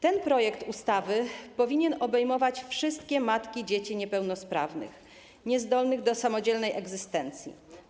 Ten projekt ustawy powinien obejmować wszystkie matki dzieci niepełnosprawnych, niezdolnych do samodzielnej egzystencji.